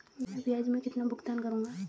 मैं ब्याज में कितना भुगतान करूंगा?